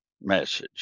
message